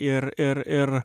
ir ir ir